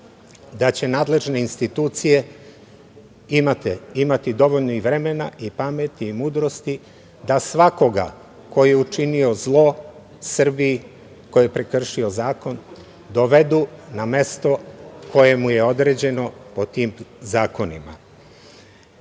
da će nadležne institucije imati dovoljno i vremena i pameti i mudrosti da svakoga ko je učinio zlo Srbiji, ko je prekršio zakon, dovedu na mesto koje mu je određeno po tim zakonima.U